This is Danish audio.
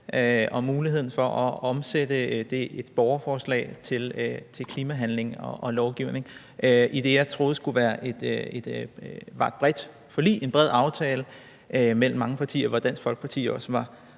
om muligheden for at omsætte et borgerforslag til klimahandling og lovgivning i det, jeg troede var et bredt forlig, en bred aftale mellem mange partier, hvor Dansk Folkeparti jo også var